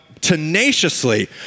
tenaciously